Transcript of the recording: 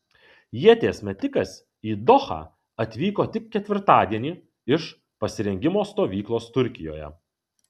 ieties metikas į dohą atvyko tik ketvirtadienį iš pasirengimo stovyklos turkijoje